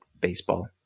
baseball